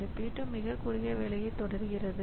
இந்த P 2 மிகக் குறுகிய வேலையாகத் தொடர்கிறது